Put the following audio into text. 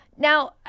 Now